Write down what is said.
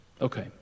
Okay